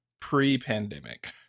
pre-pandemic